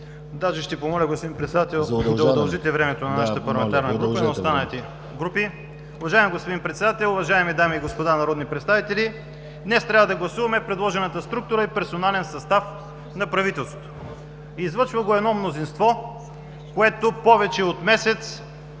днес трябва да гласуваме предложената структура и персонален състав на правителството. Излъчва го едно мнозинство, което повече от месец